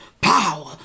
power